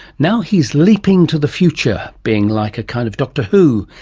now he's leaping to the future, being like a kind of doctor who,